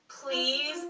Please